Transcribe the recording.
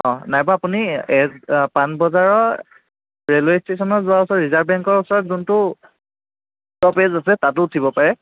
অঁ নাইবা আপুনি পাণবজাৰৰ ৰেলৱে' ষ্টেচনৰ যোৱা ওচৰৰ ৰিজাৰ্ভ বেংকৰ ওচৰৰ যোনটো ষ্টপেজ আছে তাতো উঠিব পাৰে